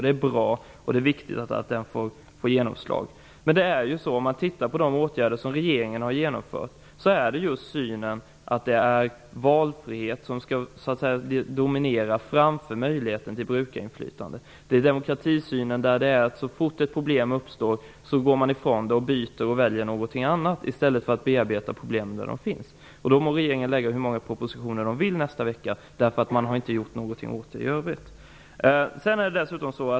Det är bra och viktigt att den får genomslag. Om man ser till de åtgärder som regeringen har genomfört, finner man synen att valfriheten skall dominera framför möjligheten till brukarinflytande. Det är en demokratisyn där man så fort ett problem uppstår går ifrån det och väljer någonting annat i stället för att bearbeta problemen där de finns. Regeringen må lägga fram så många propositioner den vill nästa vecka, men man har inte gjort något i övrigt.